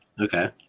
Okay